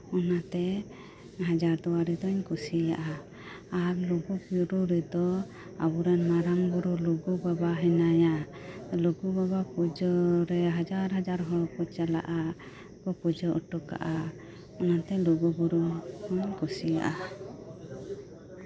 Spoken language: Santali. ᱚᱱᱟᱛᱮ ᱦᱟᱡᱟᱨ ᱫᱩᱣᱟᱨᱤ ᱫᱚᱧ ᱠᱩᱥᱤᱭᱟᱜᱼᱟ ᱟᱨ ᱞᱩᱜᱩᱵᱩᱨᱩ ᱨᱮᱫᱚ ᱞᱩᱜᱩ ᱵᱟᱵᱟ ᱢᱮᱱᱟᱭᱟ ᱞᱩᱜᱩ ᱵᱟᱵᱟ ᱯᱩᱡᱟᱹᱨᱮ ᱦᱟᱡᱟᱨ ᱦᱟᱡᱟᱨ ᱦᱚᱲ ᱠᱚ ᱪᱟᱞᱟᱜᱼᱟ ᱟᱨ ᱠᱚ ᱯᱩᱡᱟᱹ ᱦᱚᱴᱚ ᱠᱟᱜᱼᱟ ᱚᱱᱟᱛᱮ ᱞᱩᱜᱩ ᱵᱩᱨᱩ ᱟᱸᱰᱤ ᱟᱸᱴᱤᱧ ᱠᱩᱥᱤᱭᱟᱜᱼᱟ